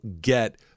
get